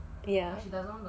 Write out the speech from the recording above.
ya